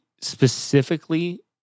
specifically